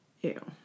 Ew